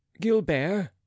Gilbert